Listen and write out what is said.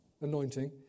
anointing